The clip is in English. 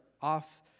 off